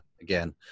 again